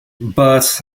but